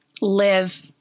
live